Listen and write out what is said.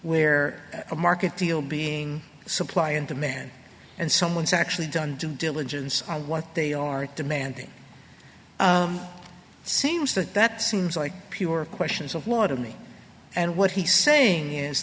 we're a market deal being supply and demand and someone's actually done due diligence and what they are demanding seems to that seems like pure questions of law to me and what he's saying is